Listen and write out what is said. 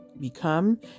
become